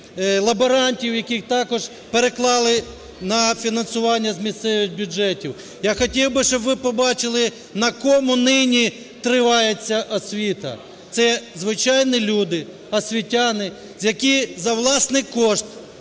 лаборантів, яких також переклали на фінансування з місцевих бюджетів. Я хотів би, щоб ви побачили, на кому нині тримається освіта. Це звичайні люди, освітяни, які за власний кошт,